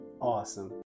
Awesome